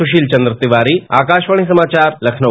सुशील चन्द्र तिवारी आकाशवाणी समाचार लखनऊ